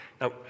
Now